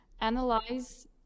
analyze